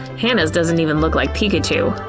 hannah's doesn't even look like pikachu!